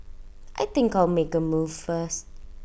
I think I'll make A move first